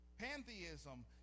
Pantheism